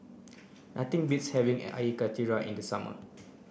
nothing beats having Karthira in the summer